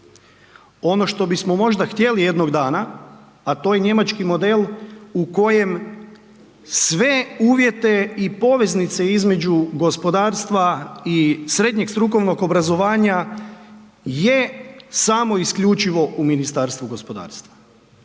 Ono što bismo htjeli jednog dana, a to je njemački model u kojem sve uvjete i poveznice između gospodarstva i srednjeg strukovnog obrazovanja je samo i isključivo u Ministarstvu gospodarstva.